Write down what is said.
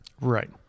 Right